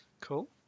Cool